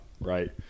right